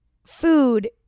food